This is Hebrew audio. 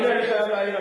אדוני, אני חייב להעיר.